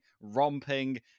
romping